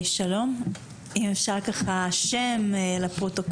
שלום, אם אפשר תציג את עצמך לפרוטוקול.